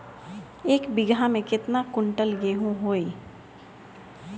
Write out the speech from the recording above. एक बीगहा में केतना कुंटल गेहूं होई?